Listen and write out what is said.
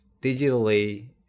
digitally